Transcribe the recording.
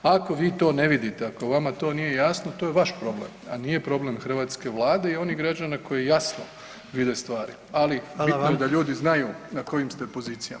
Ako vi to ne vidite, ako vama to nije jasno, to je vaš problem, a nije problem hrvatske vlade i onih građana koji jasno vide stvari [[Upadica: Hvala vam]] ali bitno da ljudi znaju na kojim ste pozicijama.